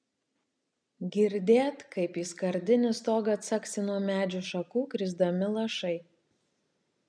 girdėt kaip į skardinį stogą caksi nuo medžių šakų krisdami lašai